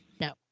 No